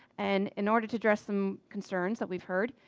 and in order to address some concerns that we've heard,